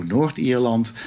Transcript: Noord-Ierland